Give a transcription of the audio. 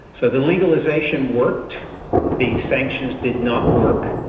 so the legalisation worked the sanctions did not work,